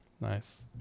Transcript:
Nice